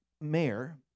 mayor